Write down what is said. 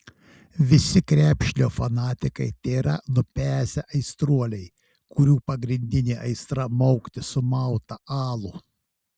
visi krepšinio fanatikai tėra nupezę aistruoliai kurių pagrindinė aistra maukti sumautą alų